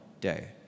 day